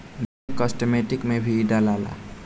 ढेरे कास्मेटिक में भी इ डलाला